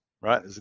right